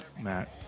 Matt